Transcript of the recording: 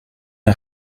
een